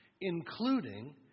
including